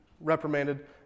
reprimanded